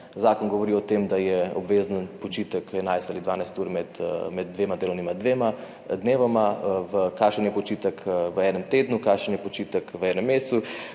Zakon govori o tem, da je obvezen počitek 11 ali 12 ur med dvema delovnima dvema dnevoma, kakšen je počitek v enem tednu, kakšen je počitek v enem mesecu,